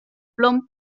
plom